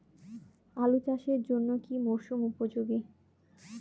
আলু চাষের জন্য কি মরসুম উপযোগী?